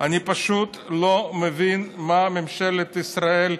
אני פשוט לא מבין מה ממשלת ישראל,